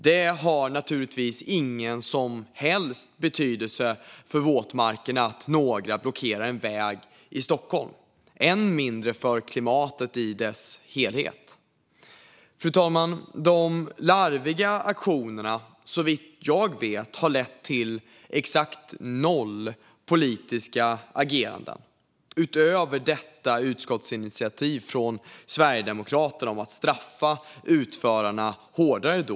Det har naturligtvis ingen som helst betydelse för våtmarkerna att några blockerar en väg i Stockholm, än mindre för klimatet i dess helhet. Dessa larviga aktioner har, såvitt jag vet, lett till exakt noll politiska ageranden - utöver detta utskottsinitiativ från Sverigedemokraterna om att straffa utförarna hårdare då.